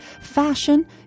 fashion